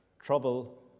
Trouble